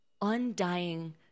undying